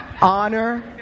honor